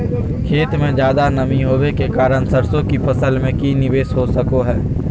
खेत में ज्यादा नमी होबे के कारण सरसों की फसल में की निवेस हो सको हय?